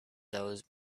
those